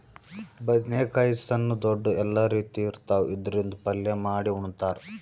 ಬದ್ನೇಕಾಯಿ ಸಣ್ಣು ದೊಡ್ದು ಎಲ್ಲಾ ರೀತಿ ಇರ್ತಾವ್, ಇದ್ರಿಂದ್ ಪಲ್ಯ ಮಾಡಿ ಉಣ್ತಾರ್